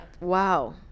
Wow